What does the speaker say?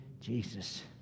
Jesus